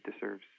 deserves